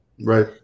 right